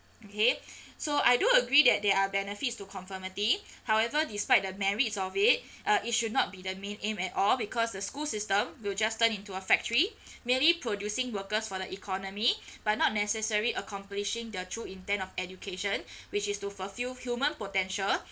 okay so I do agree that there are benefits to conformity however despite the merits of it uh it should not be the main aim at all because the school system will just turn into a factory merely producing workers for the economy but not necessary accomplishing their true intent of education which is to fulfil human potential